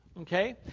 okay